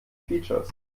features